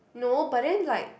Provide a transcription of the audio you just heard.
no but then like